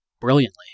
brilliantly